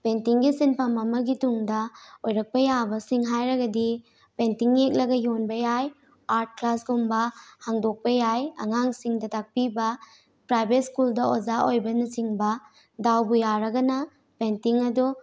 ꯄꯦꯟꯇꯤꯡꯒꯤ ꯁꯤꯟꯐꯝ ꯑꯃꯒꯤ ꯇꯨꯡꯗ ꯑꯣꯏꯔꯛꯄ ꯌꯥꯕꯁꯤꯡ ꯍꯥꯏꯔꯒꯗꯤ ꯄꯦꯟꯇꯤꯡ ꯌꯦꯛꯂꯒ ꯌꯣꯟꯕ ꯌꯥꯏ ꯑꯥꯔꯠ ꯀ꯭ꯂꯥꯁ ꯀꯨꯝꯕ ꯍꯥꯡꯗꯣꯛꯄ ꯌꯥꯏ ꯑꯉꯥꯡꯁꯤꯡꯗ ꯇꯥꯛꯄꯤꯕ ꯄ꯭ꯔꯥꯏꯕꯦꯠ ꯁ꯭ꯀꯨꯜꯗ ꯑꯣꯖꯥ ꯑꯣꯏꯕꯅꯆꯤꯡꯕ ꯗꯥꯎꯕꯨ ꯌꯥꯔꯒꯅ ꯄꯦꯟꯇꯤꯡ ꯑꯗꯣ